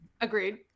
Agreed